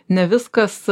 ne viskas